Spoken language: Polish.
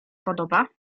podoba